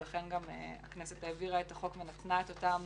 ולכן גם הכנסת העבירה את החוק ונתנה את אותם